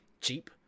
cheap